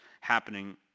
happening